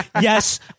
yes